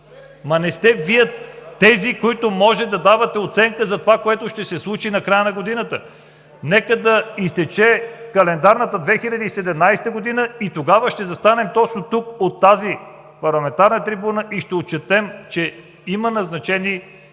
Не сте Вие тези, които можете да давате оценка за това, което ще се случи на края на годината. Нека да изтече календарната 2017 г. и тогава ще застанем точно тук на тази парламентарна трибуна и ще отчетем, че има назначени 1000